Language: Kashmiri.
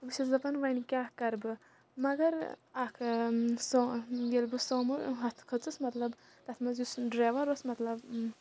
بہٕ چھَس دَپان وۄنۍ کیٛاہ کَرٕ بہٕ مگر اَکھ سو ییٚلہِ بہٕ سومو ہۄتھ کھٔژٕس مطلب تَتھ منٛز یُس ڈرٛیوَر اوس مطلب